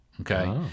Okay